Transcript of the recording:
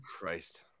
Christ